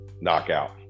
Knockout